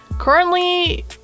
Currently